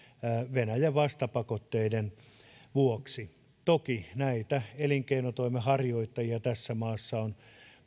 venäjän vastapakotteiden vuoksi toki näitä elinkeinotoimenharjoittajia tässä maassa on